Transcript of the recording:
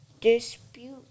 Dispute